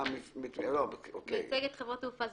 רוב השירות בטיסות ניתן מחוץ לישראל.